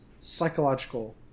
psychological